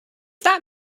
that